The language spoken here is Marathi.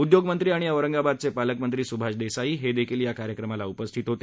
उद्योगमंत्री आणि औरंगाबादचे पालकमंत्री सुभाष देसाई हे देखील या कार्यक्रमाला उपस्थित होते